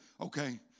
okay